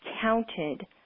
counted